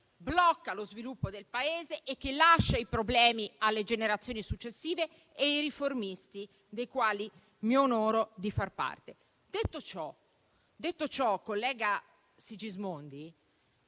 blocca lo sviluppo del Paese, e che lascia i problemi alle generazioni successive, e i riformisti dei quali mi onoro di far parte. Detto ciò, collega Sigismondi,